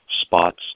spots